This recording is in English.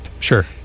Sure